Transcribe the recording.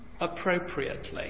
appropriately